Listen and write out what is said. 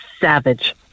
savage